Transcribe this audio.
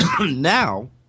Now